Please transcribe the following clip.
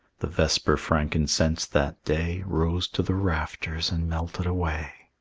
the vesper frankincense that day rose to the rafters and melted away,